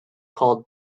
called